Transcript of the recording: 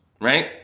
Right